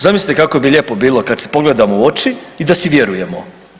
Zamislite kako bi lijepo bilo kad se pogledamo u oči i da si vjerujemo.